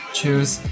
choose